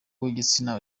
w’igitsina